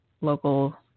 local